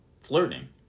flirting